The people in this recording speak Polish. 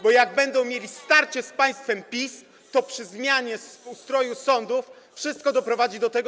bo jak będą mieli starcie z państwem PiS, to przy zmianie ustroju sądów wszystko doprowadzi do tego.